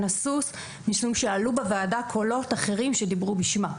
הסוס משום שעלו בוועדה קולות אחרים שדיברו בשמה.